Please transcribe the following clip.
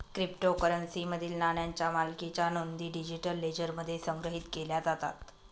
क्रिप्टोकरन्सीमधील नाण्यांच्या मालकीच्या नोंदी डिजिटल लेजरमध्ये संग्रहित केल्या जातात